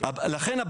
לכן,